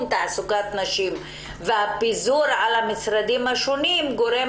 תעסוקת נשים והפיזור על פני המשרדים השונים גורמים